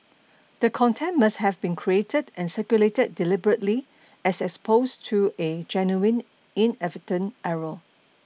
the content must have been created and circulated deliberately as opposed to a genuine inadvertent error